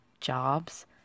Jobs